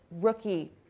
rookie